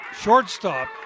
shortstop